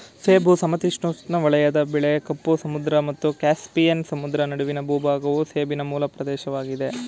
ಸೇಬು ಸಮಶೀತೋಷ್ಣ ವಲಯದ ಬೆಳೆ ಕಪ್ಪು ಸಮುದ್ರ ಮತ್ತು ಕ್ಯಾಸ್ಪಿಯನ್ ಸಮುದ್ರ ನಡುವಿನ ಭೂಭಾಗವು ಸೇಬಿನ ಮೂಲ ಪ್ರದೇಶವಾಗಿದೆ